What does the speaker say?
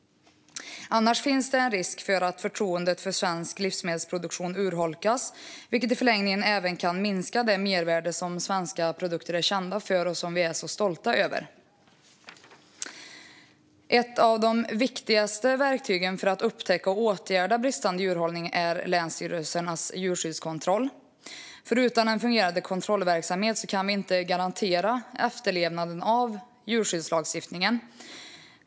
Annars finns det en risk för att förtroendet för svensk livsmedelsproduktion urholkas, vilket i förlängningen även kan minska det mervärde som svenska produkter är kända för och som vi är så stolta över. Ett av de viktigaste verktygen för att upptäcka och åtgärda bristande djurhållning är länsstyrelsernas djurskyddskontroller. Utan en fungerande kontrollverksamhet kan vi inte garantera efterlevnaden av djurskyddslagstiftningen.